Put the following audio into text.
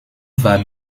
war